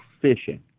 fishing